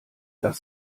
das